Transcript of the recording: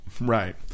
Right